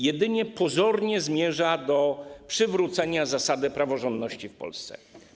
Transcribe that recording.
Jedynie pozornie zmierza do przywrócenia zasady praworządności w Polsce.